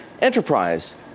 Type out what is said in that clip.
Enterprise